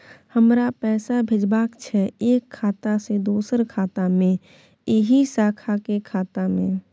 हमरा पैसा भेजबाक छै एक खाता से दोसर खाता मे एहि शाखा के खाता मे?